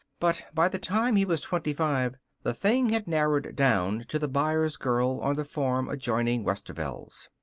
but by the time he was twenty-five the thing had narrowed down to the byers girl on the farm adjoining westerveld's.